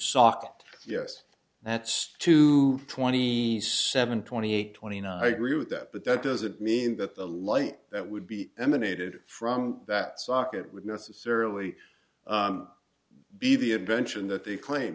sock yes that's two twenty seven twenty eight twenty nine i agree with that but that doesn't mean that the light that would be emanated from that socket would necessarily be the invention that they claim